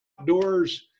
outdoors